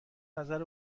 نظر